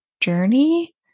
journey